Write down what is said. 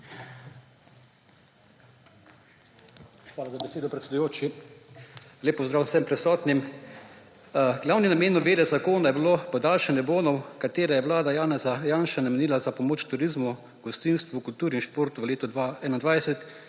Hvala za besedo, predsedujoči. Lep pozdrav vsem prisotnim! Glavni namen novele zakona je bilo podaljšanje bonov, ki jih je vlada Janeza Janše namenila za pomoč turizmu, gostinstvu, kulturi in športu v letu 2021